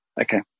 okay